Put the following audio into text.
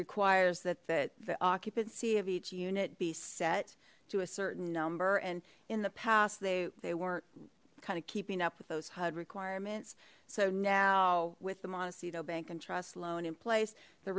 requires that that the occupancy of each unit be set to a certain number and in the past they they weren't kind of keeping up with those hud requirements so now with the montecito bank and trust loan in place the